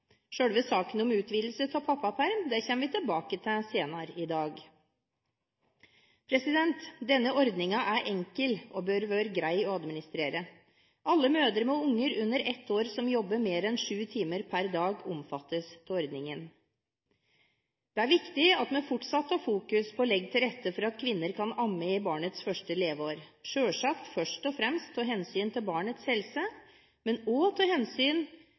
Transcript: saken om utvidelse av pappaperm kommer vi tilbake til senere i dag. Denne ordningen er enkel og bør være grei å administrere. Alle mødre med barn under ett år som jobber mer enn sju timer per dag, omfattes av ordningen. Det er viktig at vi fortsatt fokuserer på å legge til rette for at kvinner kan amme i barnets første leveår – selvsagt først og fremst av hensyn til barnets helse, men også av hensyn